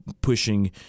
pushing